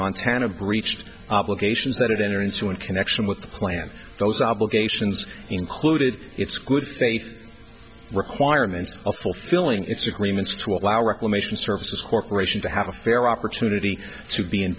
montana breached obligations that enter into in connection with the plan those obligations included it's good faith requirements of fulfilling its agreements to allow reclamation services corporation to have a fair opportunity to be in